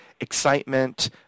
Excitement